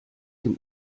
dem